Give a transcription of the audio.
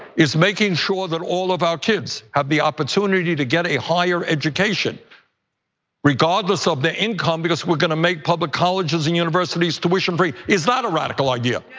is making sure that all of our kids have the opportunity to get a higher education regardless of the income? because we're gonna make public colleges and universities tuition free, is that a radical idea?